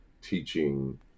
teaching